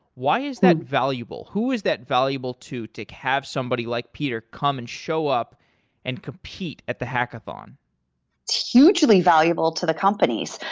why is that valuable? who is that valuable to, to have somebody like peter come and show up and compete at the hackathon? it's hugely valuable to the companies.